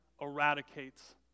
eradicates